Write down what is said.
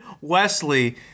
Wesley